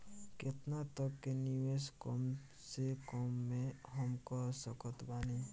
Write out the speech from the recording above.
केतना तक के निवेश कम से कम मे हम कर सकत बानी?